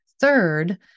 Third